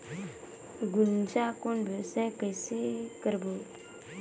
गुनजा कौन व्यवसाय कइसे करबो?